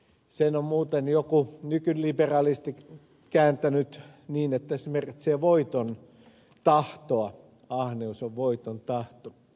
sen on muuten joku nykyliberalisti kääntänyt niin että se merkitsee voitontahtoa ahneus on voitontahto